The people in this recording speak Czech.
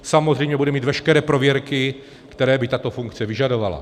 Samozřejmě bude mít veškeré prověrky, které by tato funkce vyžadovala.